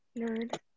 nerd